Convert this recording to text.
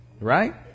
right